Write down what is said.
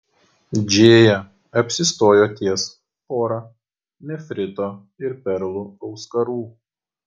džėja apsistojo ties pora nefrito ir perlų auskarų